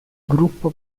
gruppo